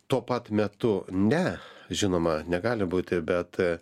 tuo pat metu ne žinoma negali būti bet